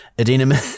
Adina